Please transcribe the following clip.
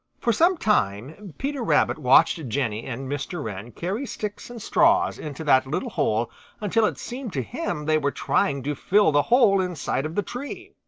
for some time peter rabbit watched jenny and mr. wren carry sticks and straws into that little hole until it seemed to him they were trying to fill the whole inside of the tree.